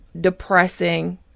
depressing